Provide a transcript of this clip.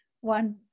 one